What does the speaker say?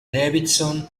davidson